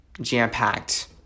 jam-packed